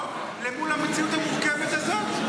שאנחנו מתנהלים טוב מול המציאות המורכבת הזאת?